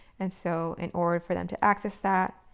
and so in order for them to access that,